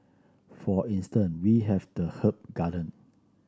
for instance we have the herb garden